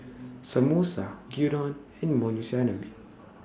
Samosa Gyudon and Monsunabe